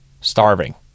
starving